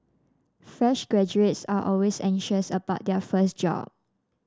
fresh graduates are always anxious about their first job